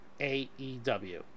AEW